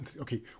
okay